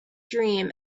dream